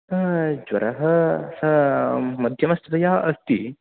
ज्वरः स मध्यमस्तितया अस्ति